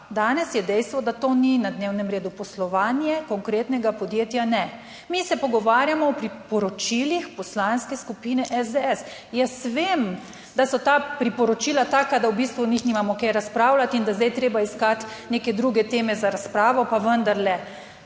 danes je dejstvo, da to ni. Na dnevnem redu poslovanje konkretnega podjetja ne. Mi se pogovarjamo o priporočilih Poslanske skupine SDS. Jaz vem, da so ta priporočila taka, da v bistvu o njih nimamo kaj razpravljati, in da je zdaj je treba iskati neke druge teme za razpravo, pa vendarle,